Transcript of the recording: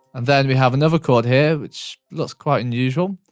then we have another chord here which looks quite unusual.